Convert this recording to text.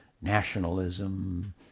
nationalism